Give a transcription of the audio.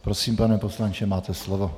Prosím, pane poslanče, máte slovo.